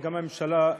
וגם הממשלה,